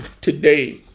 today